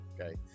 okay